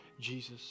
Jesus